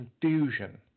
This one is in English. confusion